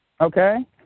okay